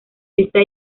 esta